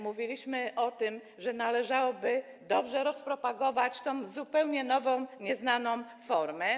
Mówiliśmy o tym, że należałoby dobrze rozpropagować tę zupełnie nową, nieznaną formę.